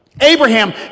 abraham